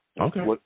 Okay